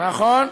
נכון.